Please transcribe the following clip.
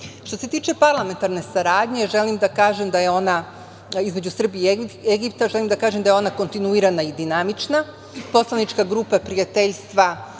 se tiče parlamentarne saradnje između Srbije i Egipta, želim da kažem da je ona kontinuirana i dinamična. Poslanička grupa prijateljstva